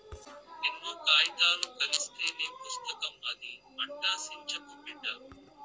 ఎన్నో కాయితాలు కలస్తేనే పుస్తకం అయితాది, అట్టా సించకు బిడ్డా